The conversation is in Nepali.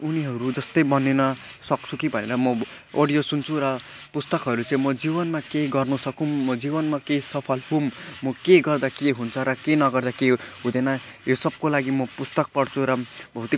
उनीहरू जस्तै बनिन सक्छु कि भनेर म अडियो सुन्छु र पुस्तकहरू चाहिँ म जीवनमा केही गर्न सकुँ म जीवनमा केही सफल हुँ म के गर्दा के हुन्छ र के नगर्दा के हुँदैन यो सबको लागि म पुस्तक पढ्छु र भौतिक पुस्तकले मलाई